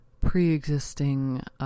pre-existing